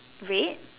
red